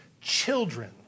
children